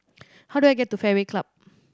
how do I get to Fairway Club